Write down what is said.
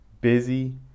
busy